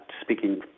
speaking